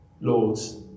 lords